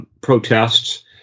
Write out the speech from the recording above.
Protests